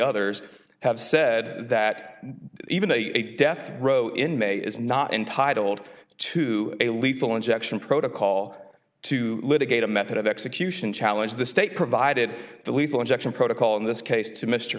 others have said that even a death row inmate is not entitled to a lethal injection protocol to litigate a method of execution challenge the state provided the lethal injection protocol in this case to mr